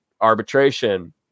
arbitration